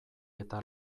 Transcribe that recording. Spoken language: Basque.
eta